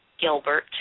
Gilbert